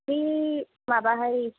बै माबाहाय